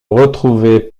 retrouvait